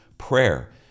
Prayer